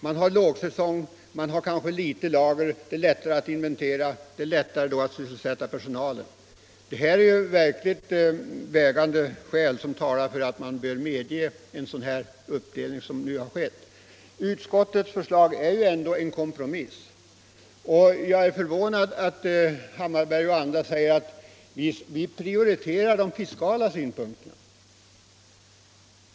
Man har lågsäsong, man har kanske ett litet lager. Det är då lättare att inventera och lättare att sysselsätta personalen med bokslutsarbetet. Detta är ju verkligt vägande skäl som talar för att medge en sådan uppdelning som nu föreslås i utskottsbetänkandet. Utskottets förslag är ju ändå en kompromiss. Jag är förvånad över att herr Hammarberg och andra talare säger att de prioriterar de fiskala synpunkterna och därmed försvårar arbetet för företagen.